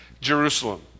Jerusalem